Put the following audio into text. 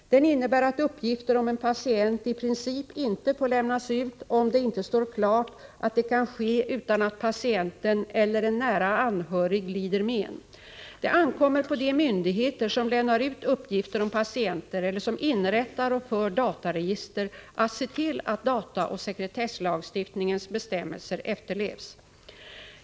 Den innebär att uppgifter om en patient i princip inte får lämnas ut om det inte står klart att det kan ske utan att patienten eller en nära anhörig lider men. Det ankommer på de myndigheter som lämnar ut uppgifter om patienter eller som inrättar och för dataregister att se till att dataoch sekretesslagstiftningens bestämmelser efterlevs.